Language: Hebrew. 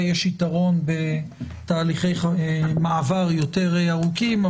אולי יש שיתרון בתהליכי מעבר יותר ארוכים,